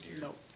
Nope